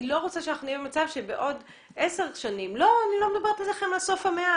לא רוצה שאנחנו נהיה במצב שבעוד 10 שנים אני לא מדברת על סוף המאה,